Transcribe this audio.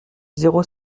zéro